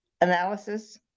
analysis